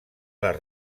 les